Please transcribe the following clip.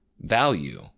value